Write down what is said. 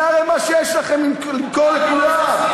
הרי זה מה שיש לכם למכור לכולם.